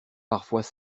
parfois